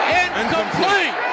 incomplete